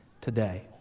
today